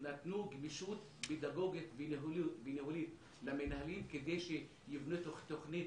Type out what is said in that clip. נתנו גמישות פדגוגית וניהולית למנהלים כדי שייבנו תוכנית